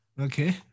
Okay